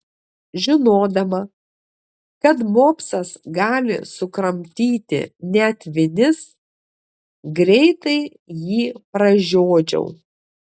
žinodama kad mopsas gali sukramtyti net vinis greitai jį pražiodžiau